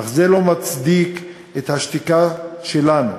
אך זה לא מצדיק את השתיקה שלנו,